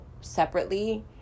separately